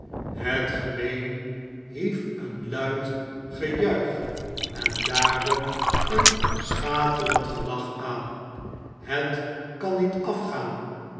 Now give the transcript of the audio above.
het gemeen hief een luid gejuich en daarop een schaterend gelach aan a het kan niet afgaan